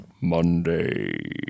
Monday